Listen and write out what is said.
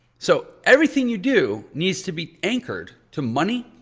so everything you do needs to be anchored to money,